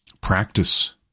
practice